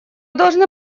должны